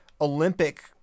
Olympic